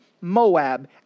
Moab